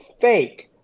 fake